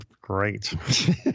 great